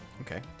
Okay